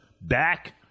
back